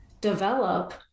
develop